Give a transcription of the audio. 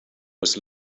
was